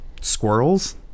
squirrels